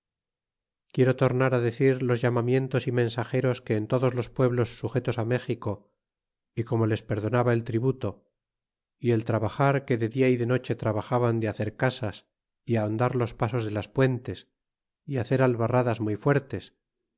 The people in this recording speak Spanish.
quiero tornar á decir los llamamientos y mensageros en todos los pueblos sujetos méxico y como les perdonaba el tributo y el trabajar que de dia y de noche trabajaban de hacer casas y ahondar los pasos de as puentes y hacer albarradas muy fuertes